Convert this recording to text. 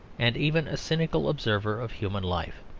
and even a cynical observer of human life.